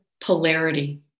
polarity